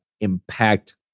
Impact